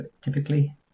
typically